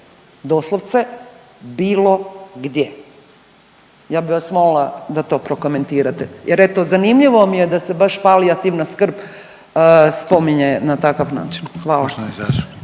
Doslovce bilo gdje. Ja bih vas molila da to prokomentirate jer eto zanimljivo mi je da se baš palijativna skrb spominje na takav način. Hvala.